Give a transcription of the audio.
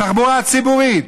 בתחבורה הציבורית,